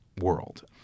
world